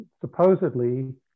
supposedly